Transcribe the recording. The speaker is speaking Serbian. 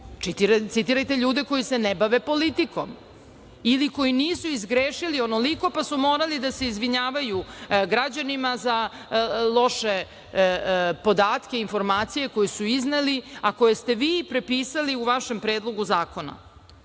citirajte ljude koji se ne bave politikom ili koji nisu izgrešili onoliko, pa su morali da se izvinjavaju građanima za loše podatke, informacije koje su izneli, a koje ste vi prepisali u vašem Predlogu zakona. Znači,